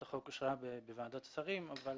החוק אושרה בוועדת השרים לענייני חקיקה,